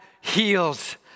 heals